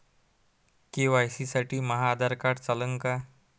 KYC साठी माह्य Aadhaar card चालन का?